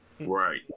Right